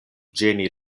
ĝeni